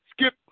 skip